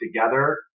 together